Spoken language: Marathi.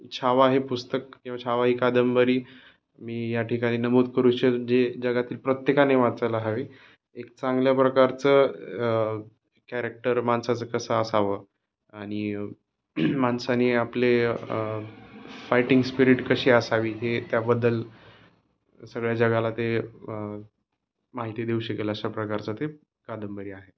छावा हे पुस्तक किंवा छावा ही कादंबरी मी या ठिकाणी नमूद करू इच्छितो जे जगातील प्रत्येकाने वाचायला हवी एक चांगल्या प्रकारचं कॅरेक्टर माणसाचं कसं असावं आणि आपले फायटिंग स्पिरिट कशी असावी हे त्याबद्दल सगळ्या जगाला ते माहिती देऊ शकेल अशा प्रकारचं ते कादंबरी आहे